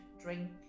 drink